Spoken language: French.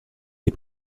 des